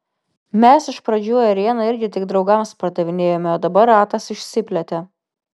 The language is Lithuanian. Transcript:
mes iš pradžių ėrieną irgi tik draugams pardavinėjome o dabar ratas išsiplėtė